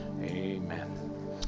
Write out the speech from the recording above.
amen